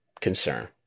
concern